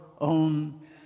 own